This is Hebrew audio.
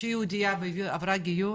שהיא יהודייה והיא עברה גיור,